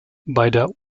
beider